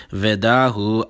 vedahu